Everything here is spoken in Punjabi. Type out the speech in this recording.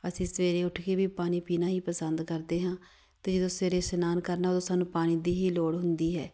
ਅਸੀਂ ਸਵੇਰੇ ਉੱਠ ਕੇ ਵੀ ਪਾਣੀ ਪੀਣਾ ਹੀ ਪਸੰਦ ਕਰਦੇ ਹਾਂ ਅਤੇ ਜਦੋਂ ਸਵੇਰੇ ਇਸ਼ਨਾਨ ਕਰਨਾ ਉਦੋਂ ਸਾਨੂੰ ਪਾਣੀ ਦੀ ਹੀ ਲੋੜ ਹੁੰਦੀ ਹੈ